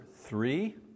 three